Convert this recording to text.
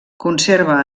conserva